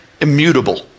immutable